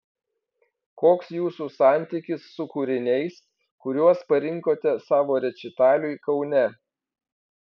koks jūsų santykis su kūriniais kuriuos parinkote savo rečitaliui kaune